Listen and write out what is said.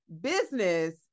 Business